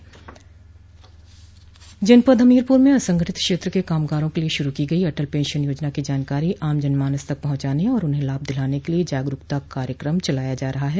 जनपद हमीरपुर में असंगठित क्षेत्र के कामगारों के लिये शुरू की गई अटल पेंशन योजना की जानकारी आम जनमानस तक पहुंचाने और उन्हें लाभ दिलाने के लिये जागरूकता कार्यक्रम चलाया जा रहा है